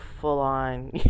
full-on